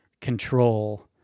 control